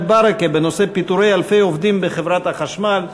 ברכה בנושא: פיטורי אלפי עובדים בחברת החשמל.